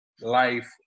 life